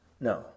no